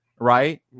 Right